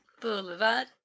Boulevard